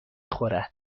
خورد